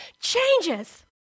changes